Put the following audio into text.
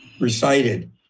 recited